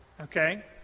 Okay